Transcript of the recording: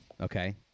Okay